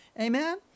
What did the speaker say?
Amen